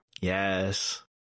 yes